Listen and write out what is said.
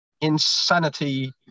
insanity